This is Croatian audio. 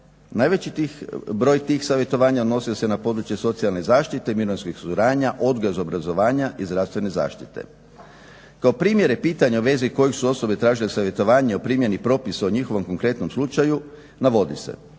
Najveći broj tih savjetovanja odnosio se na područje socijalne zaštite, mirovinskih osiguranja, odgoja i obrazovanja i zdravstvene zaštite. Kao primjere pitanja u vezi kojih su osobe tražile savjetovanja, o primjeni propis o njihovom konkretnom slučaju navodi se: